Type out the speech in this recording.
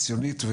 סינית,